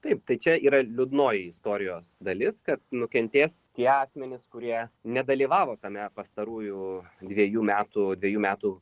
taip tai čia yra liūdnoji istorijos dalis kad nukentės tie asmenys kurie nedalyvavo tame pastarųjų dviejų metų dviejų metų